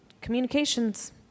communications